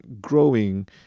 growing